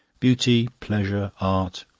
beauty, pleasure, art,